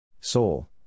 Seoul